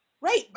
Right